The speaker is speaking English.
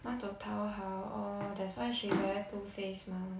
want to 讨好 all that's why she very two faced mah